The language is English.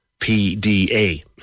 PDA